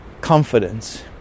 confidence